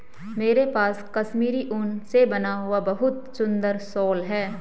मेरे पास कश्मीरी ऊन से बना हुआ बहुत सुंदर शॉल है